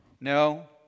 No